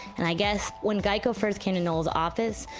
and i guess when geico first came to noel's office,